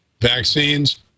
vaccines